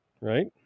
right